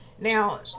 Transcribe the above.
Now